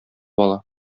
ала